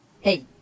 hey